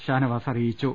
ഷാനവാസ് അറിയിച്ചു